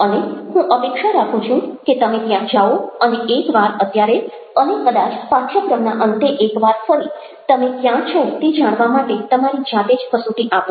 અને હું અપેક્ષા રાખું છું કે તમે ત્યાં જાઓ અને એક વાર અત્યારે અને કદાચ પાઠ્યક્રમના અંતે એક વાર ફરી તમે ક્યાં છો તે જાણવા માટે તમારી જાતે જ કસોટી આપો